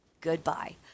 Goodbye